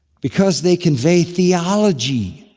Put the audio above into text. because they convey theology.